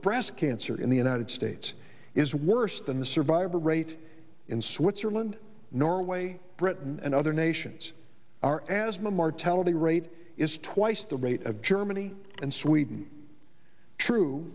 breast cancer in the united states is worse than the survival rate in switzerland norway britain and other nations are asthma mortality rate is twice the rate of germany and sweden true